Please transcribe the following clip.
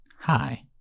Hi